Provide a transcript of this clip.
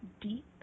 deep